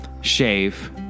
shave